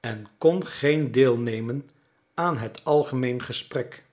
en kon geen deel nemen aan het algemeen gesprek